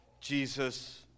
Jesus